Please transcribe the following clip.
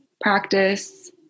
practice